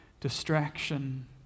distraction